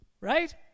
Right